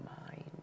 mind